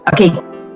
okay